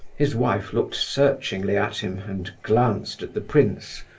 his wife looked searchingly at him, and glanced at the prince,